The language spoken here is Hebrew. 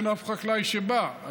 שאין אף חקלאי שבא,